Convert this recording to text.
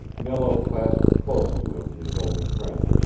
nello clasped close to him his only friend,